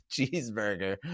cheeseburger